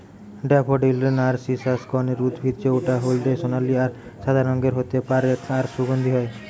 daffodil narcissus গণের উদ্ভিদ জউটা হলদে সোনালী আর সাদা রঙের হতে পারে আর সুগন্ধি হয়